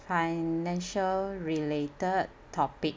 financial related topic